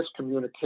miscommunication